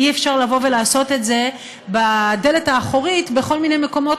אי-אפשר לעשות את זה בדלת האחורית בכל מיני מקומות